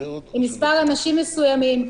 עם מספר אנשים מסוים,